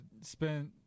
spent